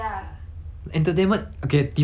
like 是工作我懂但是 like